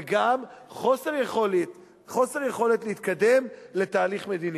וגם חוסר יכולת להתקדם לתהליך מדיני.